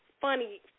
funny –